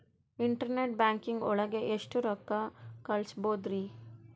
Internet banking ಒಳಗೆ ಎಷ್ಟ್ ರೊಕ್ಕ ಕಲ್ಸ್ಬೋದ್ ರಿ?